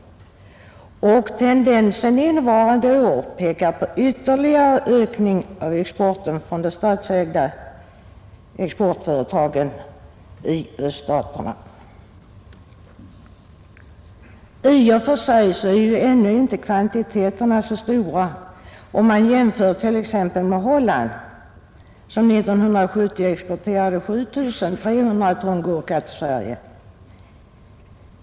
Tendensen innevarande år pekar på en ytterligare ökning av importen från de statsägda företagen i öststaterna. I och för sig är kvantiterna ännu inte så stora, om man jämför med t.ex. Holland, som 1970 exporterade 7 300 ton gurka till Sverige.